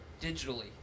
digitally